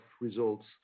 results